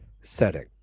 setting